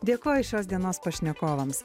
dėkoju šios dienos pašnekovams